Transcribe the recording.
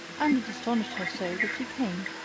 and it astonished her so that she came.